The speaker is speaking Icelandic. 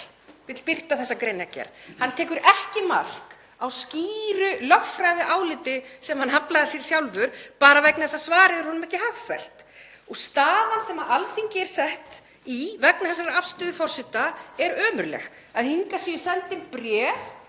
Hann tekur ekki mark á skýru lögfræðiáliti sem hann aflaði sér sjálfur, bara vegna þess að svarið er honum ekki hagfellt. Staðan sem Alþingi er sett í vegna þessarar afstöðu forseta er ömurleg, að hingað séu send inn bréf,